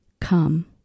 Come